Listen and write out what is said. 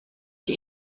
die